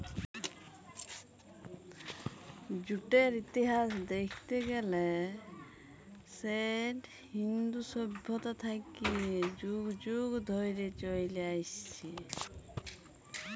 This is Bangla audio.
জুটের ইতিহাস দ্যাইখতে গ্যালে সেট ইন্দু সইভ্যতা থ্যাইকে যুগ যুগ ধইরে চইলে আইসছে